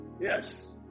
Yes